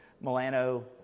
Milano